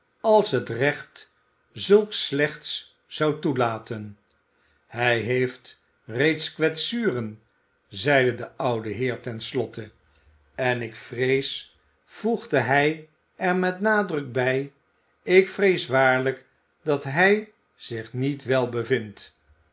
als het recht zulks slechts zou toelaten hij heeft reeds kwetsuren zeide de oude heer ten slotte en ik vrees voegde hij er met nadruk bij ik vrees waarlijk dat hij zich niet wel bevind